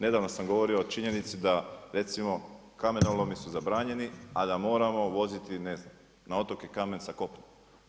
Nedavno sam govorio o činjenici da recimo, kamenolomi su zabranjeni a da moramo voziti, ne znam, na otoke kamen sa kopna.